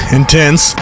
intense